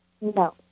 No